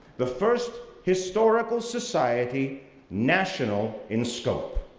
the first historical society national in scope.